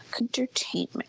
Entertainment